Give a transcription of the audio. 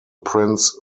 prince